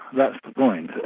that's the point,